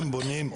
הם בונים,